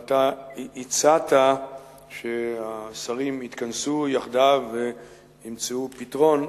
אתה הצעת שהשרים יתכנסו יחדיו וימצאו פתרון,